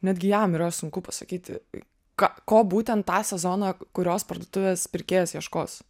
netgi jam yra sunku pasakyti ką ko būtent tą sezoną kurios parduotuvės pirkėjas ieškos